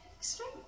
extreme